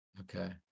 Okay